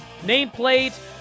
nameplate